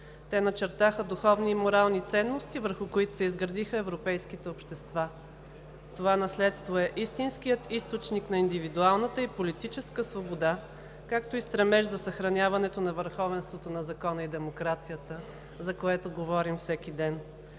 Те начертаха духовни и морални ценности, върху които се изградиха европейските общества. Това наследство е истинският източник на индивидуалната и политическата свобода, както и стремеж за съхраняването на върховенството на закона и демокрацията, за което говорим всеки ден.